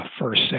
first